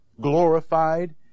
glorified